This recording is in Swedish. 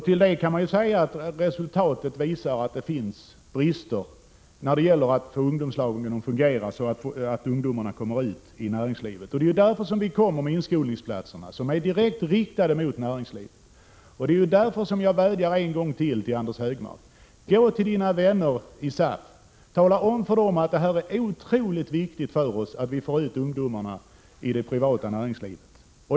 Till det kan jag säga att resultaten visar att det finns brister då det gäller att få ungdomslagen att fungera så att ungdomarna kommer ut i näringslivet. Det är därför vi framlägger förslaget om inskolningsplatser — detta är direkt riktat till näringslivet — och det är därför jag än en gång vädjar till Anders G Högmark: Gå till era vänner i SAF och tala om för dem att det är otroligt viktigt för oss att vi får ut ungdomarna i det privata näringslivet.